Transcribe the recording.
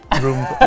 room